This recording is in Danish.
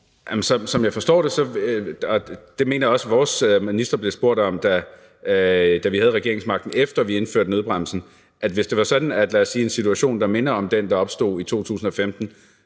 Som jeg forstår det, og det mener jeg også at vores minister blev spurgt om, da vi havde regeringsmagten, er det sådan, at hvis der i fremtiden kommer en situation, som minder om den, der opstod i 2015,